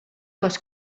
les